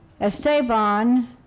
Esteban